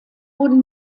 wurden